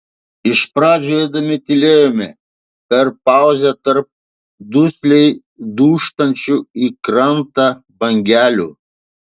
iš pradžių eidami tylėjome per pauzes tarp dusliai dūžtančių į krantą bangelių